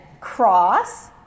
cross